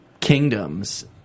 kingdoms